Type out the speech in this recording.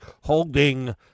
holding